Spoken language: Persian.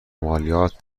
مالیات